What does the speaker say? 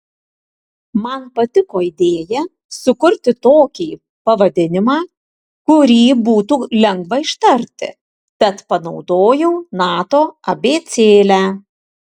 man patiko idėja sukurti tokį pavadinimą kurį būtų lengva ištarti tad panaudojau nato abėcėlę